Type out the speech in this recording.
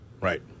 Right